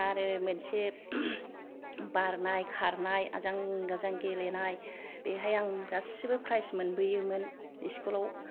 आरो मोनसे बारनाय खारनाय आजां गाजां गेलेनाय बेहाय आं गासिबो प्राइज मोनबोयोमोन स्कुलाव